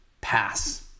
pass